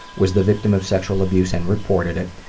was the victim of sexual abuse and reported it.